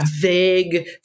vague